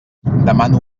demano